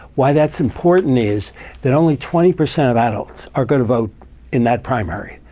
why that's important is that only twenty percent of adults are going to vote in that primary.